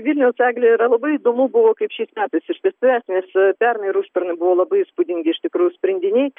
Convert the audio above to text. vilniaus eglė yra labai įdomu buvo kaip šiais metais išsispręs nes pernai ir užpernai buvo labai įspūdingi iš tikrųjų sprendiniai